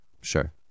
Sure